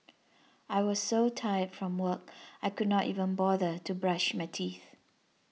I was so tired from work I could not even bother to brush my teeth